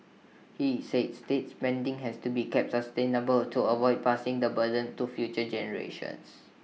he said state spending has to be kept sustainable to avoid passing the burden to future generations